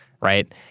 right